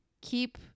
keep